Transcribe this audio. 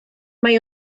mae